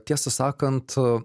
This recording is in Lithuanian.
tiesą sakant